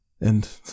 And